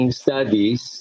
studies